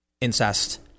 incest